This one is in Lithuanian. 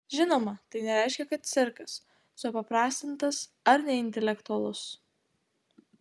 žinoma tai nereiškia kad cirkas supaprastintas ar neintelektualus